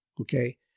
Okay